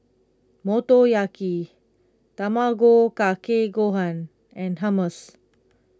Motoyaki Tamago Kake Gohan and Hummus